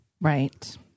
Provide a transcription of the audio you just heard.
Right